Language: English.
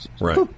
Right